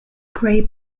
gray